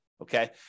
okay